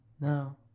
No